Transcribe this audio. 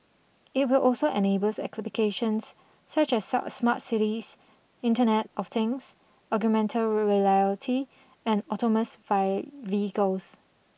it will also enables applications such as smart cities Internet of Things augmented reality and vehicles